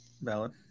Valid